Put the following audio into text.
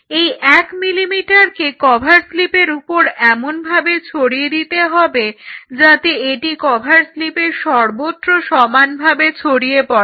এই 1 মিলিলিটারকে কভার স্লিপের উপর এমন ভাবে ছড়িয়ে দিতে হবে যাতে এটি কভার স্লিপের সর্বত্র সমানভাবে ছড়িয়ে পড়ে